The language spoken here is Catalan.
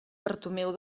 bartomeu